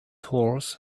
horse